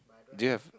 Jeff